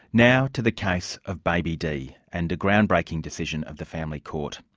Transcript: now to the case of baby d, and a ground-breaking decision of the family court.